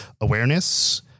awareness